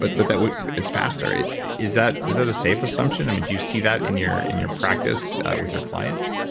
but but that it's faster. is that is that a safe assumption? i mean, do you see that in your in your practice with your clients?